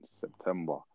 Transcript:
September